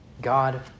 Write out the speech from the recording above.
God